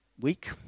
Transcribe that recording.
week